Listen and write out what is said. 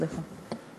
סליחה.